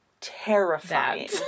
Terrifying